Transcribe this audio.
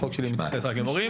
החוק שלי מתייחס רק למורים,